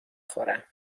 خورم